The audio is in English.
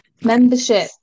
membership